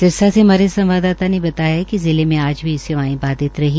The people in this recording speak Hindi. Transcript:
सिरसा से हमारे संवाददाता ने बताया कि जिले में आज भी सेवायें बाधित रही